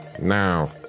Now